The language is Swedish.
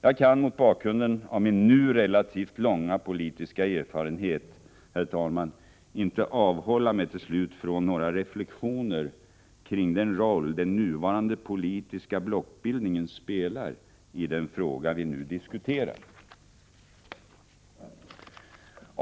Jag kan mot bakgrunden av min nu relativt långa politiska erfarenhet, herr talman, till slut inte avhålla mig från några reflexioner kring den roll den nuvarande politiska blockbildningen spelar i den fråga vi här diskuterar.